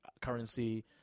currency